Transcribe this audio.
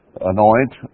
anoint